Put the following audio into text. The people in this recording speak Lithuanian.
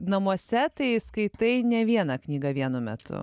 namuose tai skaitai ne vieną knygą vienu metu